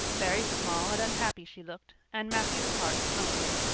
very small and unhappy she looked, and matthew's heart smote him.